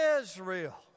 Israel